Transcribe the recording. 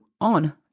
on